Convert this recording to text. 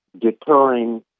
deterring